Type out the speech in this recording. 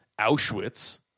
Auschwitz